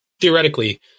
theoretically